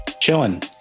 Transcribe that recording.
Chilling